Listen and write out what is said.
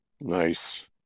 Nice